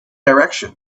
direction